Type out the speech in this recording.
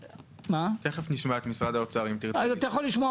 האלה לדברים שהם חשובים להגנת הסביבה.